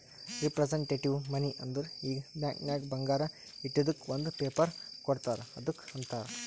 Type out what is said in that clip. representative ಮನಿ ಅಂದುರ್ ಈಗ ಬ್ಯಾಂಕ್ ನಾಗ್ ಬಂಗಾರ ಇಟ್ಟಿದುಕ್ ಒಂದ್ ಪೇಪರ್ ಕೋಡ್ತಾರ್ ಅದ್ದುಕ್ ಅಂತಾರ್